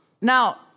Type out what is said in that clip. Now